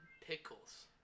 Pickles